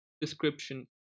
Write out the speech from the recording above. description